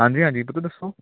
ਹਾਂਜੀ ਹਾਂਜੀ ਤੁਸੀਂ ਦੱਸੋ